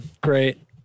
great